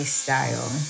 style